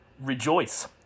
Rejoice